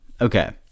Okay